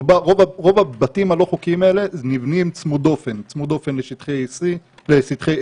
רוב הבתים הלא חוקיים האלה הם מבנים צמודי דופן לשטחי A ו-B,